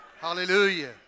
hallelujah